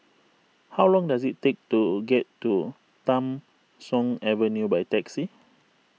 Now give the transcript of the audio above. how long does it take to get to Tham Soong Avenue by taxi